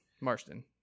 Marston